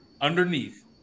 underneath